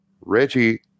Reggie